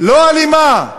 לא אלימה,